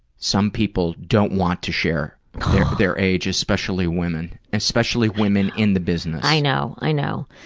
some people don't want to share their age, especially women, especially women in the business. i know, i know.